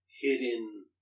hidden